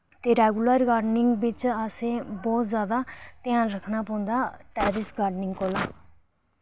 ते regular gardening बिच असें बोह्त ज्यादा ध्यान रक्खना पोंदा टैरिस गार्डनिंग कोला